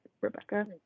Rebecca